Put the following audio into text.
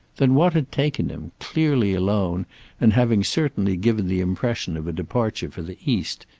then what had taken him, clearly alone and having certainly given the impression of a departure for the east,